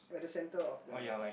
at the center of the